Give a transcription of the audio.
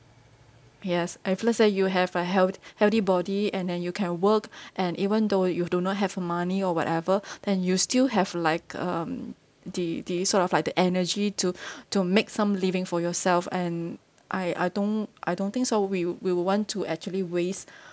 yes I if let's say you have a health~ healthy body and then you can work and even though you do not have the money or whatever then you still have like um the the sort of like the energy to to make some living for yourself and I I don't I don't think so we'll we will want to actually waste